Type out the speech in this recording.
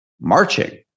marching